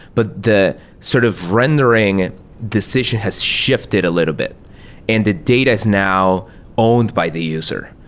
but the sort of rendering decision has shifted a little bit and the data is now owned by the user.